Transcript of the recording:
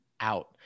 out